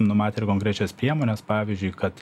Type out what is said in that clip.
numatę ir konkrečias priemones pavyzdžiui kad